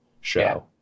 show